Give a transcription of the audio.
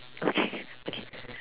okay okay